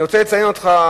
אני רוצה לציין אותך,